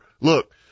Look